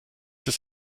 das